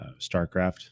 StarCraft